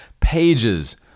pages